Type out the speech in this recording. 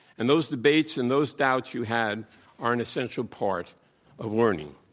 and those debates and those doubts you had are an essential part of learning.